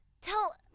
Tell